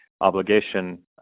obligation